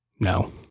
no